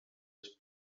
les